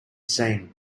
seen